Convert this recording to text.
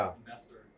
investor